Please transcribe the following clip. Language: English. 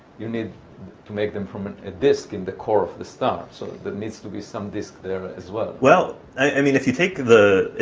you need to make them from a disk in the core of the star. so there needs to be some disk there as well. well, i mean if you take the,